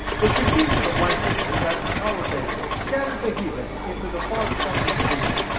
the confusion of languages at the tower of babel scattered the heathen into the far corners of the earth,